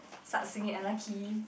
start singing and I key